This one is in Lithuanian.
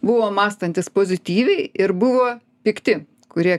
buvo mąstantys pozityviai ir buvo pikti kurie